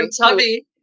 Tubby